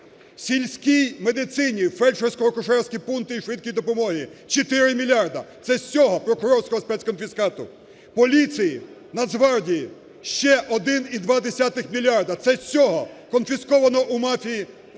Сільській медицині, в фельдшерсько-акушерські пункти і швидкій допомозі – 4 мільярда. Це з цього покурорського спецкофіскату. Поліції, Нацгвардії – ще 1,2 мільярда. Це з цього, конфіскованого у мафії… коштів.